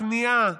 הכניעה